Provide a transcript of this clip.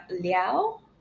Liao